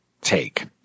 take